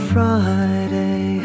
Friday